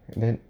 then